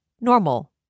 normal